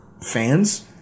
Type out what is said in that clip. fans